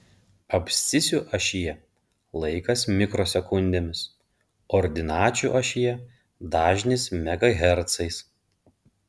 abscisių ašyje laikas mikrosekundėmis ordinačių ašyje dažnis megahercais